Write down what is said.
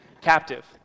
captive